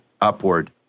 upward